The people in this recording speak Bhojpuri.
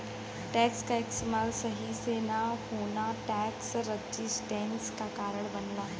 टैक्स क इस्तेमाल सही से न होना टैक्स रेजिस्टेंस क कारण बनला